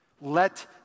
Let